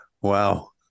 Wow